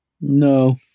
No